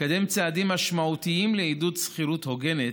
לקדם צעדים משמעותיים לעידוד שכירות הוגנת,